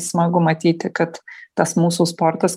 smagu matyti kad tas mūsų sportas